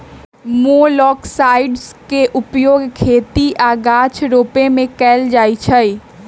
मोलॉक्साइड्स के उपयोग खेती आऽ गाछ रोपे में कएल जाइ छइ